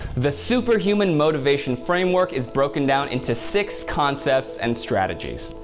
the superhuman motivation framework is broken down into six concepts and strategies.